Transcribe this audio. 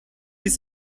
ließ